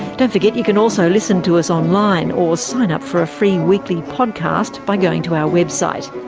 don't forget you can also listen to us online or sign up for a free weekly podcast by going to our website.